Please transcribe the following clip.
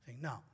No